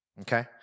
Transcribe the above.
Okay